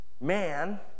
man